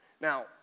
Now